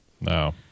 No